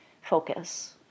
focus